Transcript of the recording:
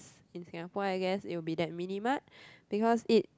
in Singapore I guess it will be that mini mart because it